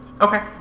Okay